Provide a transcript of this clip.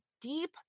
deep